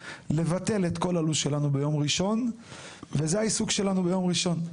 לבטל את כל הלו"ז שלנו ביום ראשון וזה העיסוק שלנו ביום ראשון.